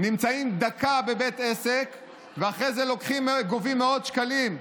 נמצאים דקה בבית עסק ואחרי זה גובים מאות שקלים,